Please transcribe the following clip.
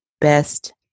best